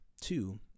two